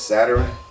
Saturn